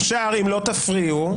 אפשר, אם לא תפריעו.